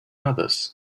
others